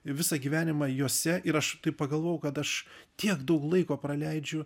visą gyvenimą juose ir aš taip pagalvojau kad aš tiek daug laiko praleidžiu